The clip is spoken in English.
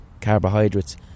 carbohydrates